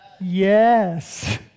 Yes